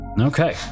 okay